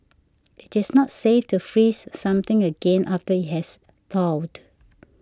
it is not safe to freeze something again after it has thawed